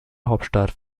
hauptstadt